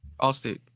Allstate